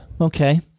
okay